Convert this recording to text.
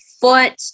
foot